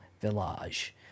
Village